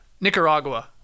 Nicaragua